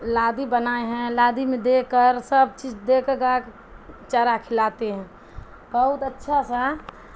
لادی بنائے ہیں لادی میں دے کر سب چیز دے کر گائے چارا کھلاتے ہیں بہت اچھا سا